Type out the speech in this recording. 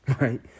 right